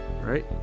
right